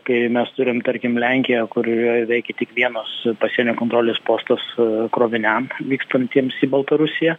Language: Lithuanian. kai mes turim tarkim lenkiją kurioje veikia tik vienas pasienio kontrolės postas kroviniam vykstantiems į baltarusiją